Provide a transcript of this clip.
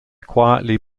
quietly